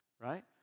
right